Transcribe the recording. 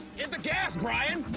hit the gas, brian!